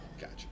Gotcha